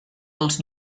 dels